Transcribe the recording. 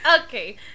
Okay